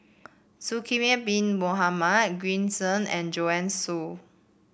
Zulkifli Bin Mohamed Green Zeng and Joanne Soo